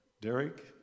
Derek